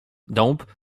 dąb